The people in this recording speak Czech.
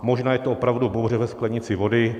Možná je to opravdu bouře ve sklenici vody.